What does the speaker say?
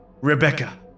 Rebecca